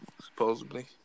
Supposedly